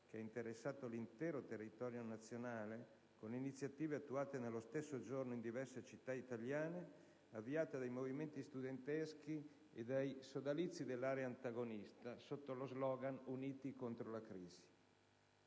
che ha interessato l'intero territorio del Paese, con iniziative attuate nello stesso giorno in diverse città italiane avviate dai movimenti studenteschi e dai sodalizi dell'area antagonista sotto lo *slogan* «Uniti contro la crisi».